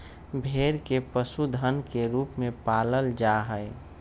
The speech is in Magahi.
भेड़ के पशुधन के रूप में पालल जा हई